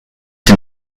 den